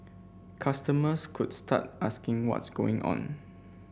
customers could start asking what's going on